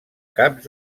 caps